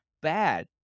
bad